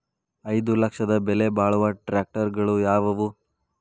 ಐದು ಲಕ್ಷದ ಬೆಲೆ ಬಾಳುವ ಟ್ರ್ಯಾಕ್ಟರಗಳು ಯಾವವು?